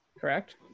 Correct